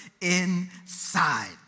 inside